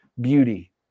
beauty